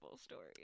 story